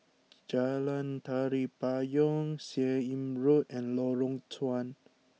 Jalan Tari Payong Seah Im Road and Lorong Chuan